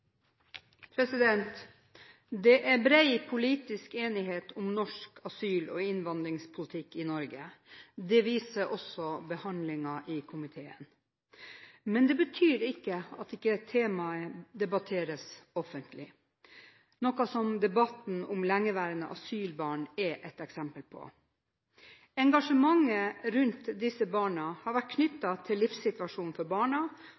i Norge. Det viser også behandlingen i komiteen. Men det betyr ikke at dette temaet ikke debatteres offentlig – noe som debatten om lengeværende asylbarn er et eksempel på. Engasjementet rundt disse barna har vært knyttet til livssituasjonen for barna